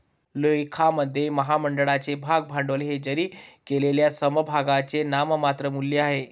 लेखामध्ये, महामंडळाचे भाग भांडवल हे जारी केलेल्या समभागांचे नाममात्र मूल्य आहे